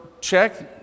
check